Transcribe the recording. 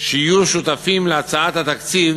שיהיו שותפים להצעת התקציב